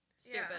Stupid